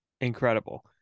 Incredible